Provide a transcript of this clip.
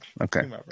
Okay